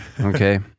okay